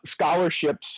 scholarships